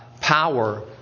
power